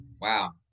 wow